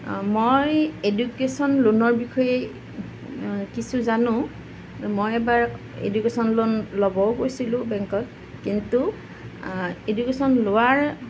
মই এডুকেশ্যন লোনৰ বিষয়ে কিছু জানোঁ মই এবাৰ এডুকেশ্যন লোন ল'বও গৈছিলোঁ বেংকত কিন্তু এডুকেশ্যন লোৱাৰ